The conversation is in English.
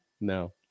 No